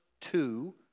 two